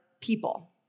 people